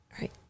right